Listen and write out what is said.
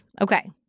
Okay